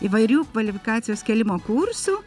įvairių kvalifikacijos kėlimo kursų